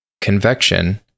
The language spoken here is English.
Convection